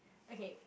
okay